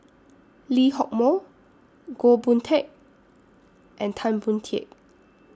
Lee Hock Moh Goh Boon Teck and Tan Boon Teik